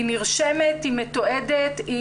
היא נרשמת והיא מתועדת.